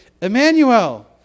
Emmanuel